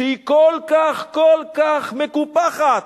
שהיא כל כך כל כך מקופחת.